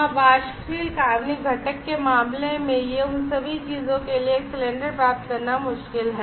हाँ वाष्पशील कार्बनिक घटक के मामले में यह उन सभी चीजों के लिए सिलेंडर प्राप्त करना मुश्किल है